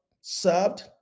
served